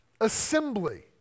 assembly